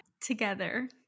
together